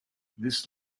this